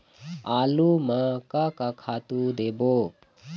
आलू म का का खातू देबो?